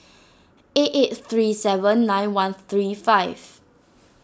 eight eight three seven nine one three five